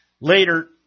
Later